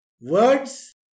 words